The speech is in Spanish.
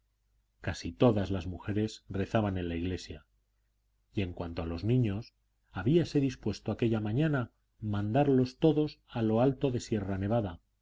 casi todas las mujeres rezaban en la iglesia y en cuanto a los niños habíase dispuesto aquella mañana mandarlos todos a lo alto de sierra nevada